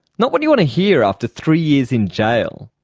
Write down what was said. not what you want to hear after three years in jail.